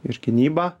ir gynybą